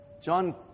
John